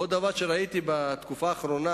ועוד דבר שראיתי בתקופה האחרונה,